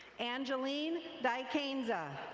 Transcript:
angeline dicainza.